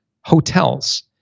hotels